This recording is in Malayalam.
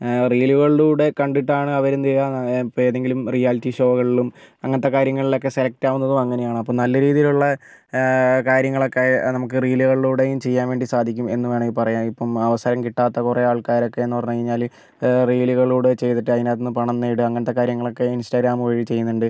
റീലുകളിലൂടെ കണ്ടിട്ടാണ് അവരെന്തു ചെയ്യുക ഇപ്പോൾ ഏതെങ്കിലും റിയാലിറ്റി ഷോകളിലും അങ്ങനത്തെ കാര്യങ്ങളിൽ ഒക്കെ സെലക്ട് ആകുന്നതും അങ്ങനെയാണ് അപ്പോൾ നല്ല രീതിയിൽ ഉള്ള കാര്യങ്ങളൊക്കെ നമുക്ക് റീലുകളിലൂടെയും ചെയ്യാൻ വേണ്ടി സാധിക്കും എന്ന് വേണമെങ്കിൽ പറയാം ഇപ്പോൾ അവസരം കിട്ടാത്ത കുറേ ആൾക്കാറോക്കെന്ന് പറഞ്ഞു കഴിഞ്ഞാല് റീലുകളിലൂടെ ചെയ്തിട്ട് അതിന്റെ അകത്ത് നിന്ന് പണം നേടുക അങ്ങനത്തെ കാര്യങ്ങളൊക്കെ ഇൻസ്റ്റാഗ്രാം വഴി ചെയ്യുന്നുണ്ട്